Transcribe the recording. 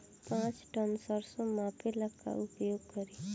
पाँच टन सरसो मापे ला का उपयोग करी?